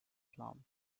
plum